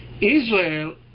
Israel